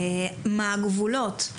מה הגבולות?